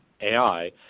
AI